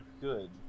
good